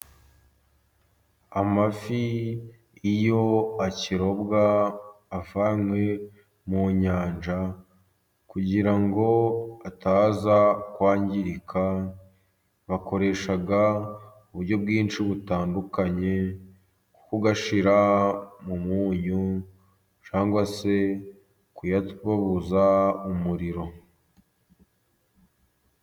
Amafi iyo akirobwa avanywe mu nyanja, kugira ngo ataza kwangirika bakoresha uburyo bwinshi butandukanye : kuyashyira mu munyu cyangwa se kuyababuza umuriro.